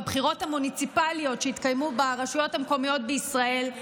בבחירות המוניציפליות שיתקיימו ברשויות המקומיות בישראל,